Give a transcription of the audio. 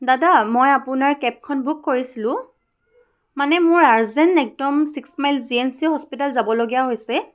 দাদা মই আপোনাৰ কেবখন বুক কৰিছিলোঁ মানে মোৰ আৰ্জেণ্ট একদম six mile G M C hospital যাবলগীয়া হৈছে